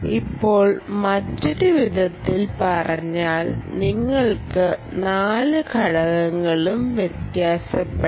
ഇപ്പോൾ മറ്റൊരു വിധത്തിൽ പറഞ്ഞാൽ നിങ്ങൾക്ക് 4 ഘടകങ്ങളും വ്യത്യാസപ്പെടാം